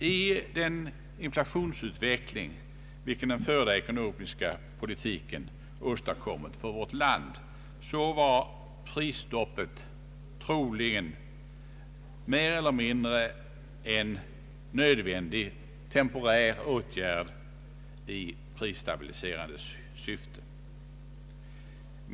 I den inflationsutveckling som den förda ekonomiska politiken åstadkommit för vårt land var prisstoppet troligen mer eller mindre en nödvändig åtgärd i prisstabiliserande syfte.